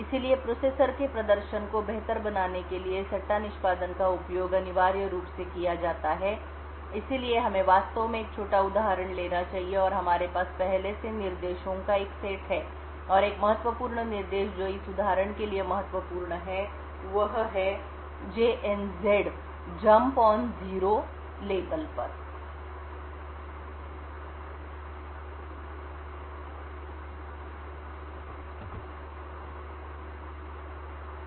इसलिए प्रोसेसर के प्रदर्शन को बेहतर बनाने के लिए सट्टा निष्पादन का उपयोग अनिवार्य रूप से किया जाता है इसलिए हमें वास्तव में एक छोटा उदाहरण लेना चाहिए और हमारे पास पहले से निर्देशों का एक सेट है और एक महत्वपूर्ण निर्देश जो इस उदाहरण के लिए महत्वपूर्ण है यह है 0 लेबल पर एक छलांग